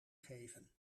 geven